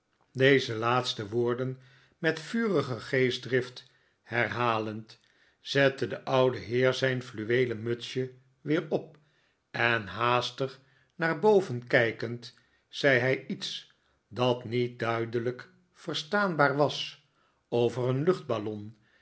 deze laatste woorden met vurige geestdrift herhalend zette de oude heer zijn fluweelen mutsje weer op en haastig naar boven kijkend zei hij iets dat niet duidelijk verstaanbaar was over een luchtballon